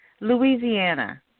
Louisiana